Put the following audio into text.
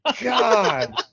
God